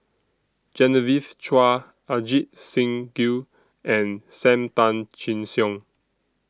Genevieve Chua Ajit Singh Gill and SAM Tan Chin Siong